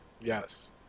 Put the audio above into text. yes